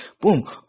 boom